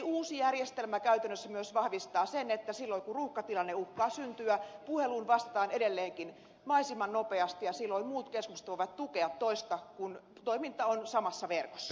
uusi järjestelmä käytännössä myös vahvistaa sen että kun ruuhkatilanne uhkaa syntyä silloin puheluun vastataan edelleenkin mahdollisimman nopeasti ja muut keskukset voivat tukea toista kun toiminta on samassa verkossa